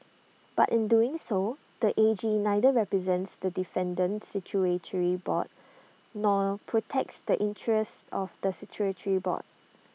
but in doing so the A G neither represents the defendant statutory board nor protects the interests of the statutory board